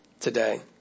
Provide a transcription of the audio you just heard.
today